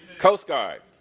coast guard.